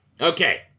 Okay